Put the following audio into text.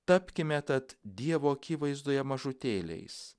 tapkime tad dievo akivaizdoje mažutėliais